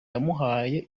yamuhaye